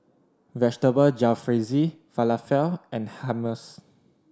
Vegetable Jalfrezi Falafel and Hummus